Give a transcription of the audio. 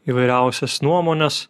įvairiausias nuomones